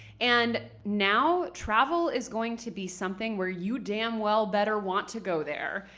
and now travel is going to be something where you damn well better want to go there.